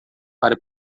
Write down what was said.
para